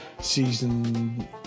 season